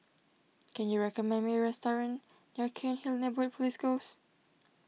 can you recommend me a restaurant near Cairnhill Neighbourhood Police Post